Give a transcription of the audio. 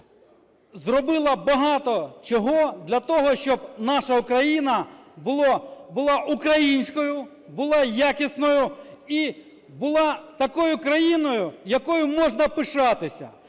зробила багато чого для того, щоб наша Україна була українською, була якісною і була такою країною, якою можна пишатися.